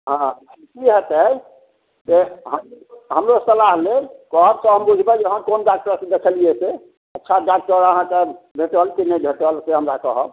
हँ की होयतै जे हमरो सलाह लेब कहबऽ तऽ हम बूझबै जे हँ कोन डॉक्टर से देखेलियै से अच्छा डॉक्टर अहाँके भेटल की नहि भेटल से हमरा कहब